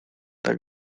tak